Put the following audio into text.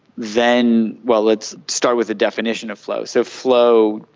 then, well, let's start with the definition of flow. so flow,